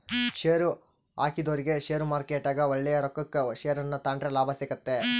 ಷೇರುಹಾಕಿದೊರಿಗೆ ಷೇರುಮಾರುಕಟ್ಟೆಗ ಒಳ್ಳೆಯ ರೊಕ್ಕಕ ಷೇರನ್ನ ತಾಂಡ್ರೆ ಲಾಭ ಸಿಗ್ತತೆ